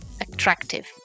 attractive